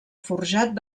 forjat